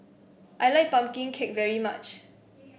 I like pumpkin cake very much